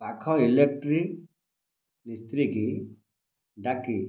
ପାଖ ଇଲେକ୍ଟ୍ରି ମିସ୍ତ୍ରୀ କି ଡାକି